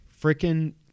freaking